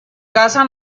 casa